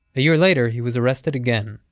a year later, he was arrested again.